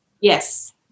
Yes